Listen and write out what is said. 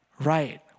Right